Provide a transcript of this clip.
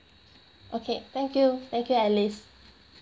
okay thank you thank you alice